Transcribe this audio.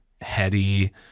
heady